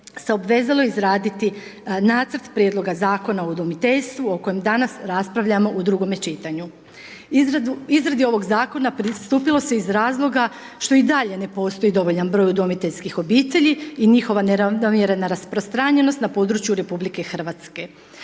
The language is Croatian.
se obvezalo izraditi Nacrt prijedloga Zakona o udomiteljstvu o kojem danas raspravljamo u drugome čitanju. Izradi ovoga Zakona pristupilo se iz razloga što i dalje ne postoji dovoljan broj udomiteljskih obitelji i njihova neravnomjerna rasprostranjenost na području Republike Hrvatske.